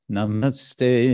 Namaste